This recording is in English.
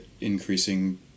increasing